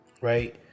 right